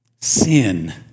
sin